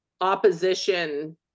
Opposition